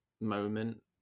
moment